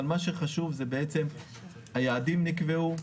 אבל מה שחשוב הוא שהיעדים נקבעו,